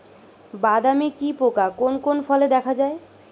বাদামি কি পোকা কোন কোন ফলে দেখা যায়?